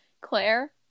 Claire